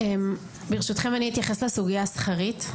ברשותכם אני אתייחס לסוגייה השכרית.